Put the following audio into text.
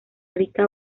rica